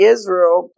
Israel